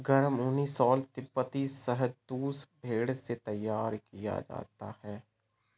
गर्म ऊनी शॉल तिब्बती शहतूश भेड़ से तैयार किया जाता है